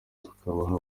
tukabaha